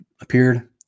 appeared